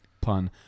Pun